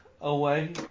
away